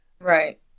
right